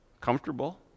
comfortable